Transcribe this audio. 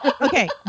Okay